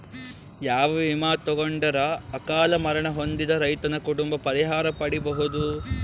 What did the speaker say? ಯಾವ ವಿಮಾ ತೊಗೊಂಡರ ಅಕಾಲ ಮರಣ ಹೊಂದಿದ ರೈತನ ಕುಟುಂಬ ಪರಿಹಾರ ಪಡಿಬಹುದು?